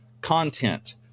content